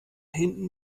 hinten